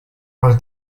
are